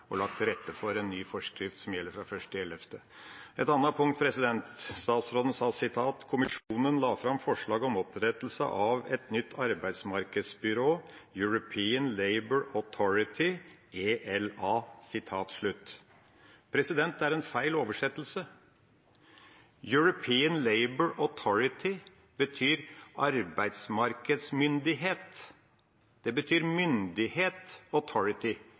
og lagt til rette for en ny forskrift, som gjelder fra 1. november. Et annet punkt: Statsråden sa at kommisjonen la «fram et forslag om opprettelse av et nytt arbeidsmarkedsbyrå, European Labour Authority, ELA.» Det er en feil oversettelse. «European Labour Authority» betyr «arbeidsmarkedsmyndighet». «Authority» betyr